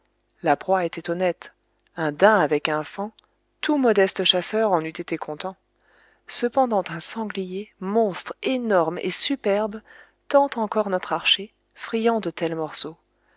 la proie était honnête un daim avec un faon tout modeste chasseur en eût été content cependant un sanglier monstre énorme et superbe tente encor notre archer friand de tels morceaux